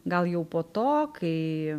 gal jau po to kai